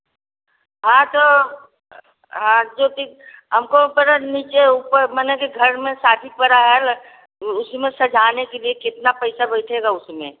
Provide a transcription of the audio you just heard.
हाँ तो जो हाँ जो चीज़ हमको पूरा नीचे ऊपर मने कि घर में शादी परा है वह उसमें सजाने के लिए कितना पैसा बैठेगा उसमें